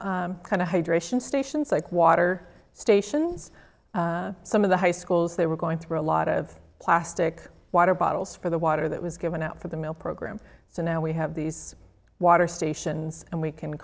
kind of hydration stations like water stations some of the high schools they were going through a lot of plastic water bottles for the water that was given out for the mail program so now we have these water stations and we can